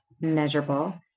measurable